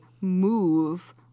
move